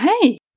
Hey